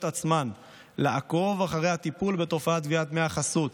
עצמן לעקוב אחרי הטיפול בתופעת גביית דמי חסות,